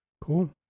Cool